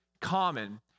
common